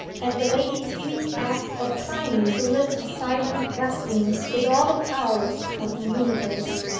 and the lady's weak act of trying to live a silent wrestling with all the powers of the universe.